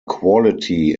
quality